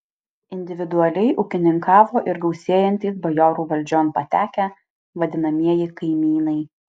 individualiai ūkininkavo ir gausėjantys bajorų valdžion patekę vadinamieji kaimynai